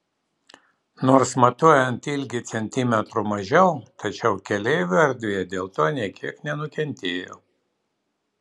nors matuojant ilgį centimetrų mažiau tačiau keleivių erdvė dėl to nė kiek nenukentėjo